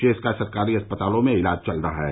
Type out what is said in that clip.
शेष का सरकारी अस्पतालों में इलाज चल रहा है